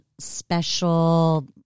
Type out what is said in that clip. special